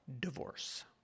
divorce